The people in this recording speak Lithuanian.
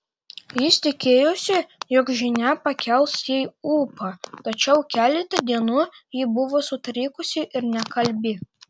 jis tikėjosi jog žinia pakels jai ūpą tačiau keletą dienų ji buvo sutrikusi ir nekalbi